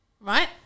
right